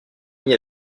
ami